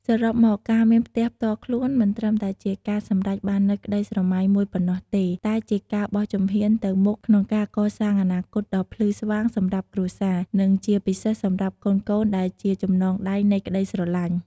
សរុបមក ការមានផ្ទះផ្ទាល់ខ្លួនមិនត្រឹមតែជាការសម្រេចបាននូវក្តីស្រមៃមួយប៉ុណ្ណោះទេ តែជាការបោះជំហានទៅមុខក្នុងការកសាងអនាគតដ៏ភ្លឺស្វាងសម្រាប់គ្រួសារ និងជាពិសេសសម្រាប់កូនៗដែលជាចំណងដៃនៃក្តីស្រឡាញ់។